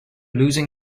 losing